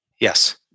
yes